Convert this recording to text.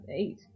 eight